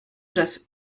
das